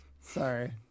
Sorry